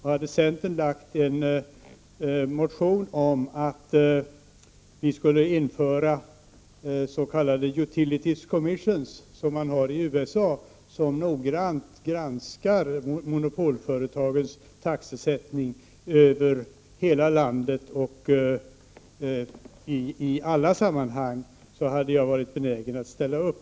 Hade centern väckt en motion om att vi skulle införa s.k. Utilities Commissions, som man har i USA, vilka noggrant granskar monopolföretagens taxesättning över hela landet och i alla sammanhang, hade jag varit benägen att ställa upp.